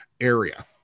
area